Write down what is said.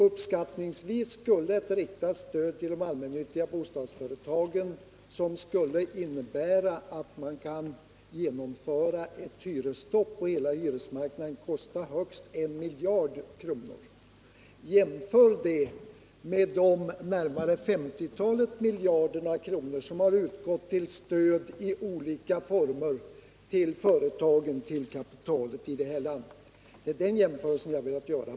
Uppskattningsvis skulle ett riktat stöd till de allmännyttiga bostadsföretagen, innebärande att man kan genomföra ett hyresstopp på hela hyresmarknaden, kosta högst 1 miljard kronor. Jämför detta med de närmare 50-talet miljarderna som har utgått till stöd i olika former till företagen, till kapitalet i vårt land under senare år. Det är den jämförelsen jag har velat göra.